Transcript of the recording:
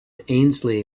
ainslie